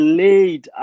laid